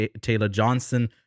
Taylor-Johnson